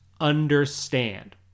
understand